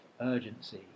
urgency